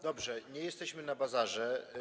Dobrze, nie jesteśmy na bazarze.